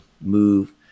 move